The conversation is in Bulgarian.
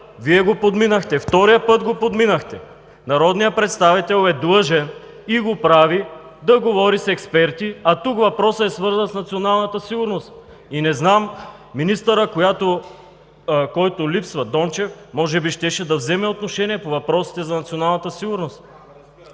Вие го подминахте, втория път го подминахте. Народният представител е длъжен, и го прави, да говори с експерти, а тук въпросът е свързан с националната сигурност. Не знам, министърът, който липсва – Дончев, може би щеше да вземе отношение по въпросите за националната сигурност.